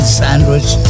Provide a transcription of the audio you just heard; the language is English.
sandwich